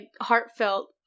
heartfelt